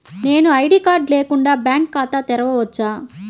నేను ID card లేకుండా bank ఖాతా తెరవచ్చా?